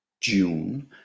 June